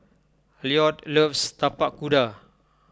Lloyd loves Tapak Kuda